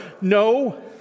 No